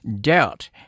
doubt